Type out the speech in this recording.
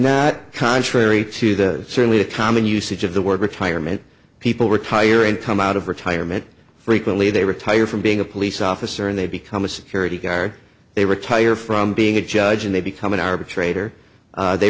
not contrary to the certainly the common usage of the word retirement people retire and come out of retirement frequently they retire from being a police officer and they become a security guard they retire from being a judge and they become an arbitra